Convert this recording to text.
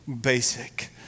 basic